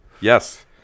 Yes